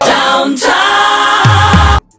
Downtown